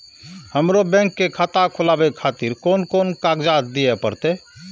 हमरो बैंक के खाता खोलाबे खातिर कोन कोन कागजात दीये परतें?